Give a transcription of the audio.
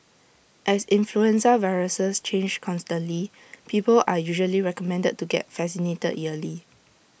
as influenza viruses change constantly people are usually recommended to get vaccinated yearly